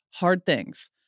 hardthings